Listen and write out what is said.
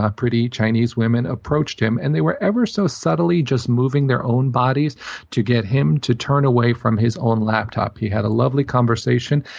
ah pretty chinese women approached him, and they were ever-so subtly just moving their own bodies to get him to turn away from his own laptop. he had a lovely conversation.